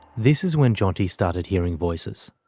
this is when jeanti started hearing voices.